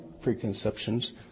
preconceptions